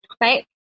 right